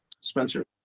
spencer